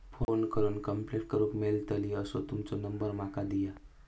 Phone करून complaint करूक मेलतली असो तुमचो नंबर माका दिया?